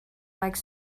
like